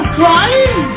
crying